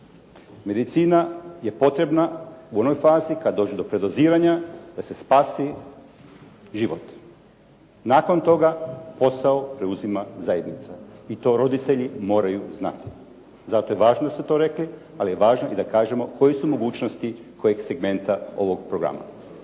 Medicina je potrebna u onoj fazi kad dođe do predoziranja da se spasi život. Nakon toga posao preuzima zajednica i to roditelji moraju znati. Zato je važno da ste to rekli, ali je važno i da kažemo koje su mogućnosti kojeg segmenta ovog programa.